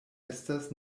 estas